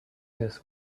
this